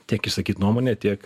tiek išsakyt nuomonę tiek